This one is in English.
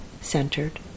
centered